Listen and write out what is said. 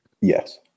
Yes